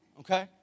Okay